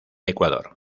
ecuador